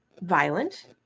violent